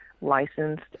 licensed